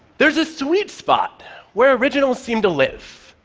there's a sweet spot where originals seem to live.